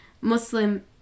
Muslim